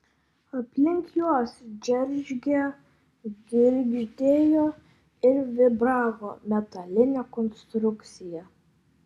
aplink juos džeržgė girgždėjo ir vibravo metalinė konstrukcija